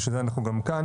בשביל זה אנחנו גם כאן.